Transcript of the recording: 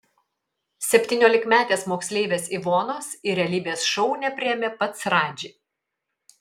septyniolikmetės moksleivės ivonos į realybės šou nepriėmė pats radži